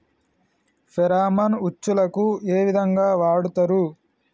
Pheromone ఉచ్చులకు ఏ విధంగా వాడుతరు?